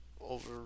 over